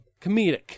comedic